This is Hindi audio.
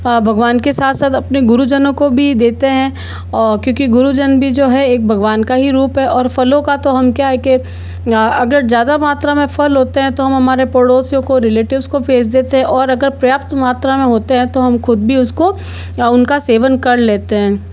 हाँ भगवान के साथ साथ अपने गुरुजनों को भी देते हैं क्योंकि गुरुजन भी जो है एक भगवान का ही रूप है और फ़लों का तो हम क्या है के अगर ज़्यादा मात्रा में होते हैं तो हम हमारे पड़ोसियों को रिलेटिव्स को भेज देते हैं और अगर पर्याप्त मात्रा में होते हैं तो हम खुद भी उसको उनका सेवन कर लेते हैं